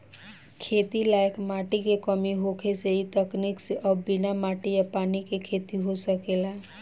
खेती लायक माटी के कमी होखे से इ तकनीक से अब बिना माटी आ पानी के खेती हो सकेला